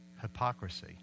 hypocrisy